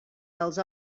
pels